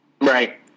Right